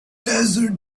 desert